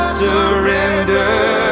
surrender